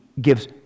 gives